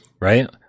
right